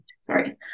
sorry